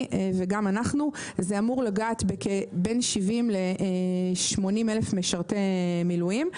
וגם אנחנו זה אמור לגעת בין 70 ל-80 אלף משרתי מילואים.